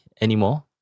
anymore